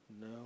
no